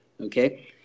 Okay